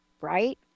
right